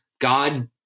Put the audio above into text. God